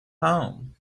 home